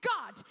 God